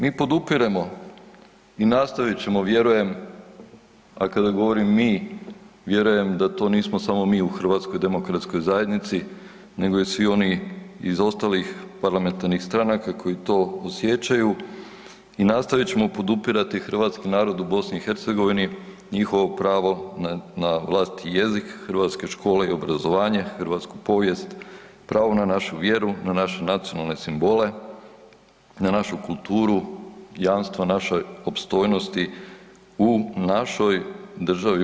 Mi podupiremo i nastavit ćemo vjerujem, a kada govorim mi vjerujem da to nismo samo mi u HDZ-u nego i svi oni iz ostalih parlamentarnih stranaka koji to osjećaju i nastavit ćemo podupirati hrvatski narod u BiH, njihovo pravo na vlastiti jezik, hrvatske škole i obrazovanje, hrvatsku povijest, pravo na našu vjeru, na naše nacionalne simbole, na našu kulturu, jamstva naše opstojnosti u našoj državi BiH.